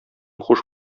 хуш